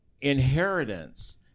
inheritance